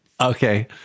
Okay